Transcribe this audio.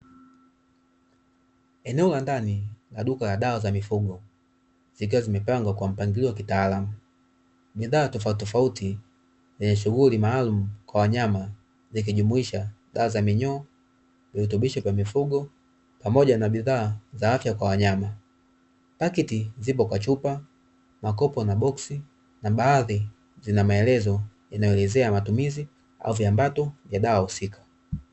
Eneo la ndani la duka la dawa za mifugo, zikiwa zimepangwa kwa mpangilio maalumu, bidhaa tofautitofauti zikijumuisha dawa za minyoo virutubisho vya mifugo pamoja na bidhaa za afya kwa wanyama. Paketi zipo kwa chupa, makopo na boksi na baadhi zina maelezo, zinazoelezea matumizi au viambato vya dawa husika.